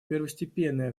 первостепенное